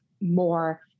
more